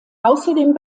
außerdem